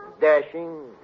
dashing